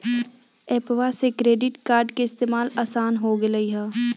एप्पवा से credit card के इस्तेमाल असान हो गेलई ह